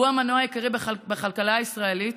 הוא המנוע העיקרי בכלכלה הישראלית,